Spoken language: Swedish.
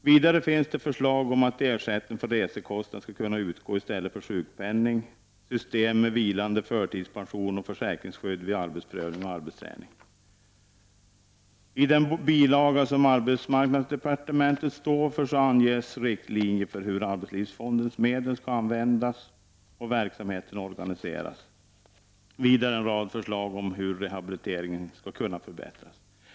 Vidare finns förslag om att ersättning för resekostnad skall kunna utgå i stället för sjukpenning, förslag om I den bilaga som arbetsmarknadsdepartementet står för anges riktlinjer för hur arbetslivsfondens medel skall användas och hur verksamheten skall organiseras. Vidare finns det en rad förslag om hur rehabiliteringen skall kunna förbättras.